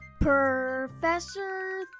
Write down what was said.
Professor